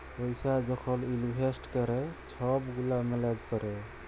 পইসা যখল ইলভেস্ট ক্যরে ছব গুলা ম্যালেজ ক্যরে